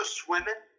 swimming